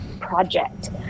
project